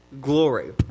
glory